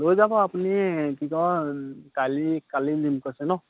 লৈ যাব আপুনি কি কয় কালি কালি দিম কৈছে ন